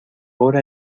hora